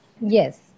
yes